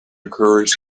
encourage